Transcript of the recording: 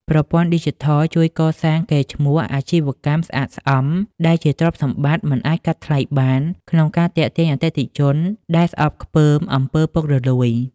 ប្រព័ន្ធឌីជីថលជួយកសាង "កេរ្តិ៍ឈ្មោះអាជីវកម្មស្អាតស្អំ" ដែលជាទ្រព្យសម្បត្តិមិនអាចកាត់ថ្លៃបាន ក្នុងការទាក់ទាញអតិថិជនដែលស្អប់ខ្ពើម អំពើពុករលួយ។